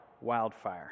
wildfire